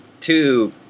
Two